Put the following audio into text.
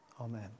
amen